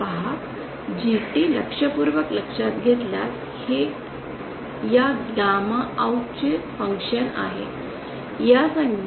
पहा GT लक्षपूर्वक लक्षात घेतल्यास हे या गामा OUT चे फंक्शन आहे या संज्ञा